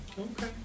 Okay